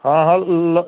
ਹਾਂ ਹਾਂ ਲ